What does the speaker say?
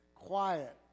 Quiet